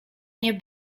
nie